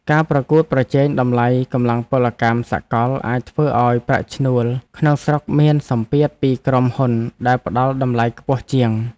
ការប្រកួតប្រជែងតម្លៃកម្លាំងពលកម្មសកលអាចធ្វើឱ្យប្រាក់ឈ្នួលក្នុងស្រុកមានសម្ពាធពីក្រុមហ៊ុនដែលផ្តល់តម្លៃខ្ពស់ជាង។